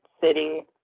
city